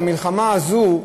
המלחמה הזו,